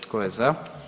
Tko je za?